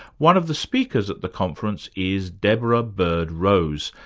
one of the speakers at the conference is deborah bird rose,